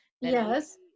yes